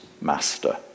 master